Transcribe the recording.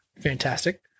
Fantastic